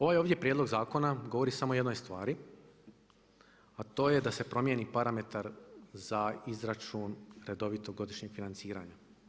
Ovaj ovdje prijedlog zakona govori samo o jednoj stvari a to je da se promjeni parametar za izračun redovitog godišnjeg financiranja.